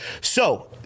So-